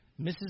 Mrs